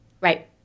Right